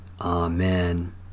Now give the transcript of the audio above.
Amen